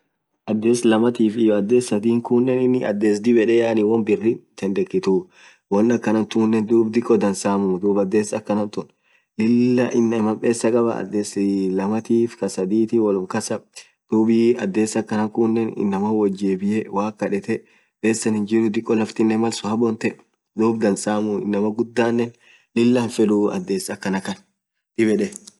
adhes sadhii kunen adhes yaani dhib yed ininen adhes jabba maana maaanan inamaniii guyya akasisun adhes Dini gar islamu khun faa Lilah somm akhan hithii dhub adhes akhana khun adhes Kun malkan inamaan somm hidha affan hidha chaffu hinjirtuu won akhathanan jabba dikko inamaa snaa dhiko won akha Dini fan hidhon itjabathiii